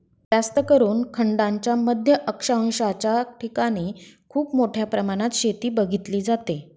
जास्तकरून खंडांच्या मध्य अक्षांशाच्या ठिकाणी खूप मोठ्या प्रमाणात शेती बघितली जाते